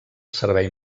servei